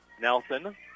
Nelson